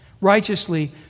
Righteously